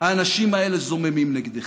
האנשים האלה זוממים נגדך?